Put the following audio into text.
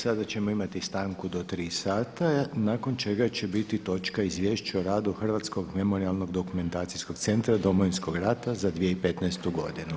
Sada ćemo imati stanku do 3 sata nakon čega će biti točka Izvješće o radu Hrvatskog memorijalno-dokumentacijskog centra Domovinskog rata za 2015. godinu.